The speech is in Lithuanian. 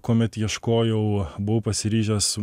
kuomet ieškojau buvau pasiryžęs